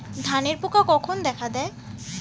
ধানের পোকা কখন দেখা দেয়?